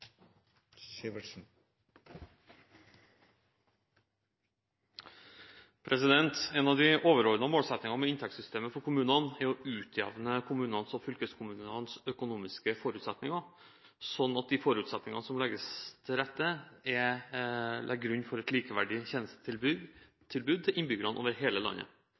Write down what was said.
å utjevne kommunenes og fylkeskommunenes økonomiske forutsetninger, slik at forutsetningene legges til rette for et likeverdig tjenestetilbud til innbyggerne over hele landet.